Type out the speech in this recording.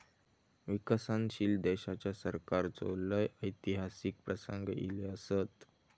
विकसनशील देशाच्या सरकाराचे लय ऐतिहासिक प्रसंग ईले असत